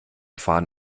fahren